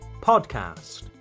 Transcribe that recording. podcast